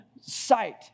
sight